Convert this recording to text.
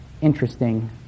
Interesting